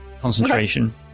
concentration